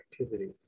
activity